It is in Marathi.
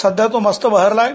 सध्या तो मस्त बहरला आहे